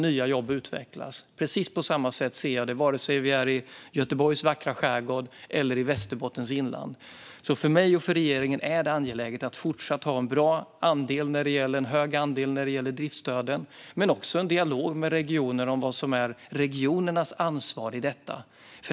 Jag ser på detta på precis samma sätt vare sig vi är i Göteborgs vackra skärgård eller i Västerbottens inland. För mig och för regeringen är det angeläget att fortsatt ha en hög andel när det gäller driftsstöden, men också en dialog med regioner om vad som är regionernas ansvar i detta.